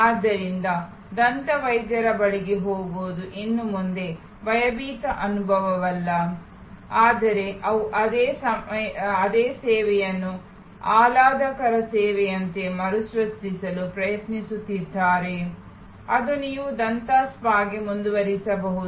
ಆದ್ದರಿಂದ ದಂತವೈದ್ಯರ ಬಳಿಗೆ ಹೋಗುವುದು ಇನ್ನು ಮುಂದೆ ಭಯಭೀತ ಅನುಭವವಲ್ಲ ಆದರೆ ಅವರು ಅದೇ ಸೇವೆಯನ್ನು ಆಹ್ಲಾದಕರ ಸೇವೆಯಂತೆ ಮರುಸೃಷ್ಟಿಸಲು ಪ್ರಯತ್ನಿಸುತ್ತಿದ್ದಾರೆ ಅದು ನೀವು ದಂತ ಸ್ಪಾಗೆ ಮುಂದುವರಿಯಬಹುದು